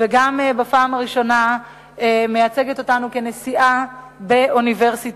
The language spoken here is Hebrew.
וגם בפעם הראשונה מייצגת אותנו נשיאה באוניברסיטה.